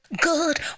good